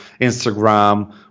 Instagram